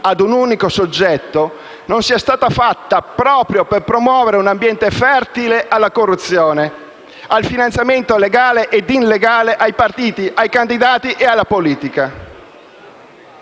ad un unico soggetto, non sia stata fatta proprio per promuovere un ambiente fertile alla corruzione, al finanziamento - legale e illegale - ai partiti, ai candidati, alla politica.